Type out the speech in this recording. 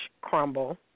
crumble